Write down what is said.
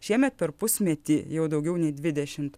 šiemet per pusmetį jau daugiau nei dvidešimt